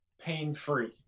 pain-free